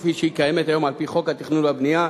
כפי שהיא קיימת היום על-פי חוק התכנון והבנייה,